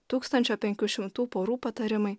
tūkstančio penkių šimtų porų patarimai